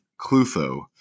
Clutho